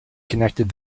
connected